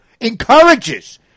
encourages